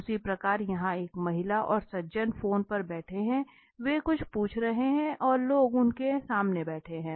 उसी प्रकार यहाँ एक महिला और सज्जन फोन पर बैठे हैं वे कुछ पूछ रहे हैं और लोग उनके सामने बैठे है